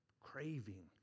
craving